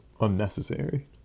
unnecessary